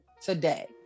today